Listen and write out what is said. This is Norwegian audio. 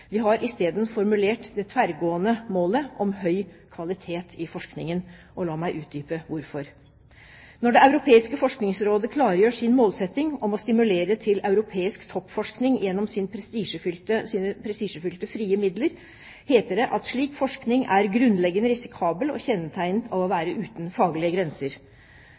Vi har isteden formulert det tverrgående målet om høy kvalitet i forskningen, og la meg utdype hvorfor. Når Det europeiske forskningsrådet, ERC, klargjør sin målsetting om å stimulere til europeisk toppforskning gjennom sine prestisjefylte, frie midler, heter det at slik forskning er grunnleggende risikabel og kjennetegnet av å være uten faglige grenser.